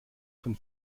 von